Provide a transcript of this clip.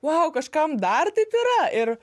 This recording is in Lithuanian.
vau kažkam dar taip yra ir